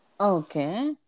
Okay